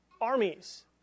armies